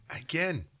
Again